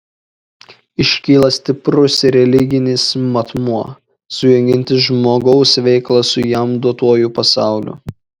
iškyla stiprus religinis matmuo sujungiantis žmogaus veiklą su jam duotuoju pasauliu